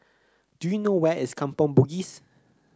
do you know where is Kampong Bugis